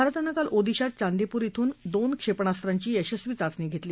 भारतानं काल ओदिसात चांदीपूर ध्विन दोन क्षेपणास्त्राची यशस्वी चाचणी घेतली